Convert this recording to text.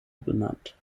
benannt